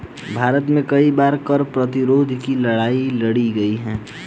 भारत में कई बार कर प्रतिरोध की लड़ाई लड़ी गई है